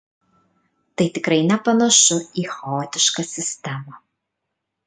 tai tikrai nepanašu į chaotišką sistemą